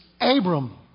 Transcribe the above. Abram